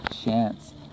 chance